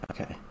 Okay